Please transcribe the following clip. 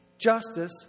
justice